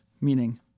meaning